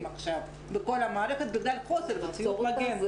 עכשיו בכל המערכת בגלל חוסר בציוד מגן.